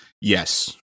Yes